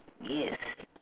yes